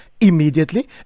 immediately